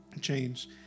change